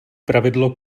pravidlo